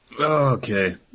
Okay